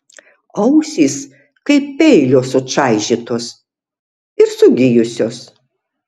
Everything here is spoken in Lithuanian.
ausys kaip peilio sučaižytos ir sugijusios